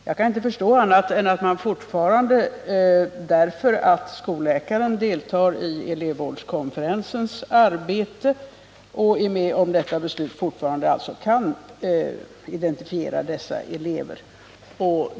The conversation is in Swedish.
Jag kan inte förstå annat än att man, på grund av att skolläkaren deltar i elevvårdskonferensens arbete och är med om att fatta detta beslut, fortfarande kan identifiera dessa elever.